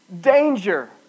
danger